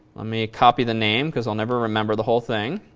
ah me copy the name because i'll never remember the whole thing.